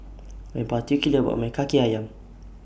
I'm particular about My Kaki Ayam